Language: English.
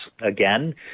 again